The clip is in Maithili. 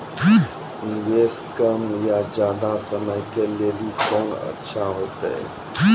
निवेश कम या ज्यादा समय के लेली कोंन अच्छा होइतै?